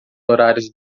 horários